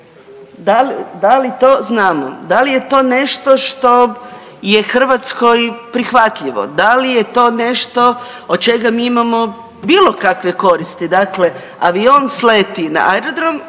da li to znamo? Da li je to nešto što je Hrvatskoj prihvatljivo? Da li je to nešto od čega mi imamo bilo kakve koristi? Dakle, avion sleti na aerodrom,